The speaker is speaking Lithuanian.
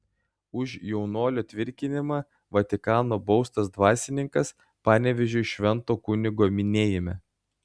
už jaunuolio tvirkinimą vatikano baustas dvasininkas panevėžiui švento kunigo minėjime